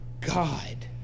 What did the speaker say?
God